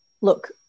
look